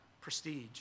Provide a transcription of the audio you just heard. prestige